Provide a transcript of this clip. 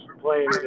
playing